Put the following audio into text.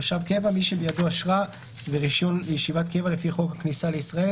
״תושב קבע״ - מי שבידו אשרה ורישיון לישיבת קבע לפי חוק הכניסה לישראל,